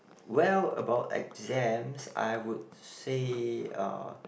well about exams I would say uh